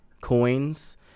coins